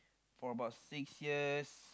for about six years